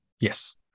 Yes